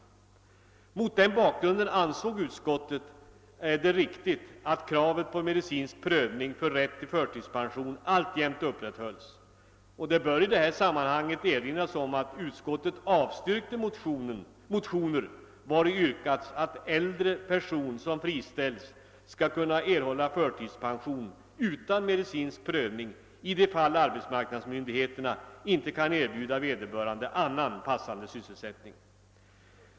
Mot den bakgrunden ansåg utskottet det riktigt att kravet på medi Det bör i detta sammanhang erinras om att utskottet avstyrkte motioner, vari yrkats att äldre person som friställts skulle kunna erhålla förtidspension utan medicinsk prövning i de fall arbetsmarknadsmyndigheterna inte kunde erbjuda vederbörande annan passande sysselsättning.